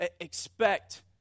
expect